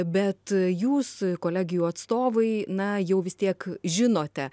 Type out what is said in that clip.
bet e jūs kolegijų atstovai na jau vis tiek žinote